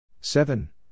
seven